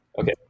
Okay